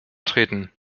treten